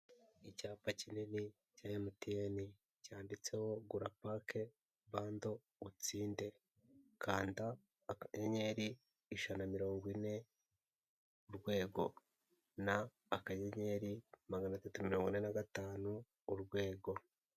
Icyapa kinini cya MTN cyanditseho gura park bandel kandi utsinde, kanda akanyenyeri ijana na mirongo ine urwego n'akanyenyeri magana atatu mirongo ine na gatanu urwego.